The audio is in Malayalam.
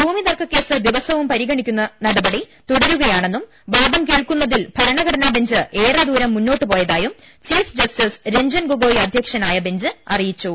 ഭൂമിതർക്ക കേസ് ദിവസവും പരിഗണിക്കുന്ന നടപടി തുടരു കേൾക്കു ന്ന തിൽ ക യാ ണെന്നും വാദം ഭര ണ ഘടനാബെഞ്ച് ഏറെ ദൂരം മുന്നോട്ട് പോയതായും ചീഫ് ജസ്റ്റിസ് രഞ്ജൻ ഗൊഗോയ് അധ്യക്ഷനായ ബെഞ്ച് അറിയിച്ചു